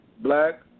black